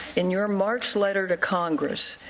in your march letter to congress,